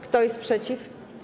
Kto jest przeciw?